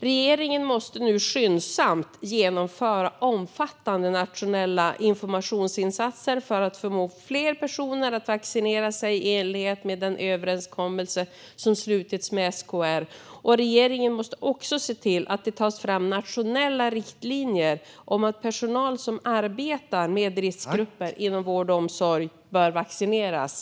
Regeringen måste nu skyndsamt genomföra omfattande nationella informationsinsatser för att förmå fler personer att vaccinera sig i enlighet med den överenskommelse som slutits med SKR. Regeringen måste också se till att det tas fram nationella riktlinjer om att personal som arbetar med riskgrupper inom vård och omsorg bör vaccineras.